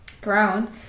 ground